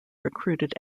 recruited